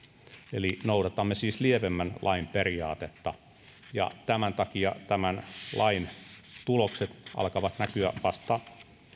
eli noudatamme lievemmän lain periaatetta ja tämän takia tämän lain tulokset alkavat näkyä vasta